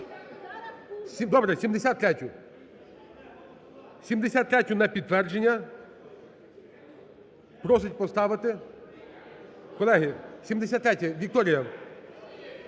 Добре, 73-ю. 73-ю на підтвердження просить поставити… Колеги, 73-я… Вікторія!